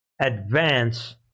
advance